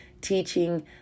teaching